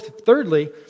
thirdly